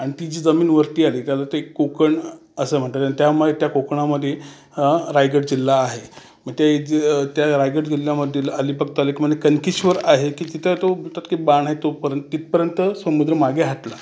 आणि ती जी जमीन वरती आली त्याला ते कोकण असं म्हणतात आणि त्यामुळे त्या कोकणामध्ये रायगड जिल्हा आहे मग ते ज त्या रायगड जिल्ह्यामधील अलिबाग तालुक्यामध्ये कणकीश्वर आहे की तिथं तो म्हणतात की बाण आहे तो पर्यं तिथपर्यंत समुद्र मागे हटला